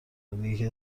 زندگی